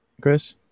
chris